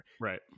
Right